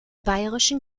bayerischen